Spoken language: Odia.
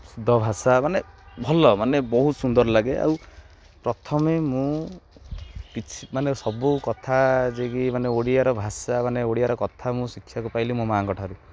ଶୁଦ୍ଧ ଭାଷା ମାନେ ଭଲ ମାନେ ବହୁତ ସୁନ୍ଦର ଲାଗେ ଆଉ ପ୍ରଥମେ ମୁଁ କିଛି ମାନେ ସବୁ କଥା ଯିଏକି ମାନେ ଓଡ଼ିଆର ଭାଷା ମାନେ ଓଡ଼ିଆର କଥା ମୁଁ ଶିଖିବାକୁ ପାଇଲି ମୋ ମା'ଙ୍କଠାରୁ